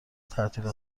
تعطیل